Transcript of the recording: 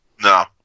No